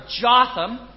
Jotham